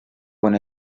con